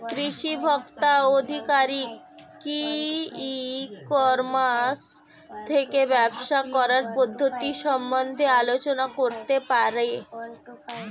কৃষি ভোক্তা আধিকারিক কি ই কর্মাস থেকে ব্যবসা করার পদ্ধতি সম্বন্ধে আলোচনা করতে পারে?